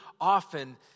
often